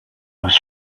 was